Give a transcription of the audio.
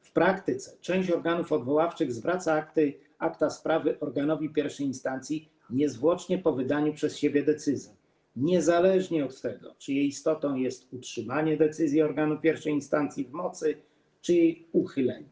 W praktyce część organów odwoławczych zwraca akta sprawy organowi I instancji niezwłocznie po wydaniu przez siebie decyzji niezależnie od tego, czy jej istotą jest utrzymanie decyzji organu I instancji w mocy, czy jej uchylenie.